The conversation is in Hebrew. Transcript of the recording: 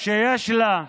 שיש לה,